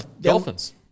Dolphins